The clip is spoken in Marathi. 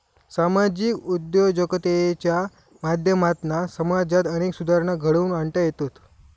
सामाजिक उद्योजकतेच्या माध्यमातना समाजात अनेक सुधारणा घडवुन आणता येतत